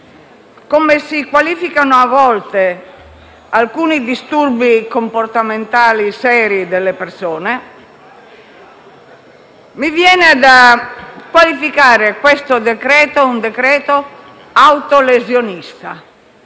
come si qualificano a volte alcuni disturbi comportamentali seri delle persone, mi verrebbe da qualificare questo decreto-legge come un